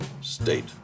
state